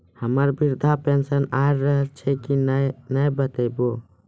हमर वृद्धा पेंशन आय रहल छै कि नैय बताबू?